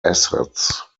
assets